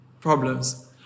problems